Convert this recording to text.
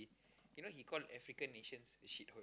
you know he call African nations a shit hole